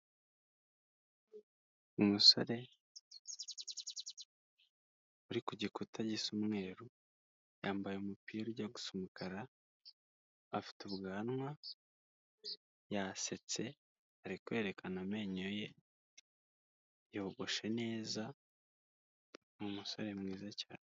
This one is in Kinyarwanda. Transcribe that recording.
Umusore uri ku gikuta gisa umweru, yambaye umupira ujya gusa umukara, afite ubwanwa yasetse ari kwerekana amenyo ye yogoshe neza, n'umusore mwiza cyane.